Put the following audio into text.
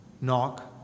Knock